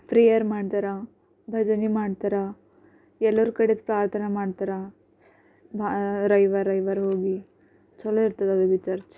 prayer ಮಾಡ್ದರ ಭಜನೆ ಮಾಡ್ತಾರೆ ಎಲ್ಲರ ಕಡೆದ್ದು ಪ್ರಾರ್ಥನೆ ಮಾಡ್ತಾರೆ ಬ ರವಿವಾರ ರವಿವಾರ ಹೋಗಿ ಛಲೋ ಇರ್ತದೆ ಅದು ಚರ್ಚೆ